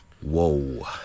Whoa